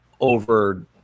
over